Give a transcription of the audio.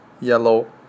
yellow